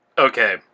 Okay